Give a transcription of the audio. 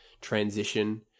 transition